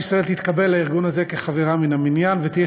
כדי שישראל תתקבל לארגון זה כחברה מן המניין ותהיה